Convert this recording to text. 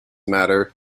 matter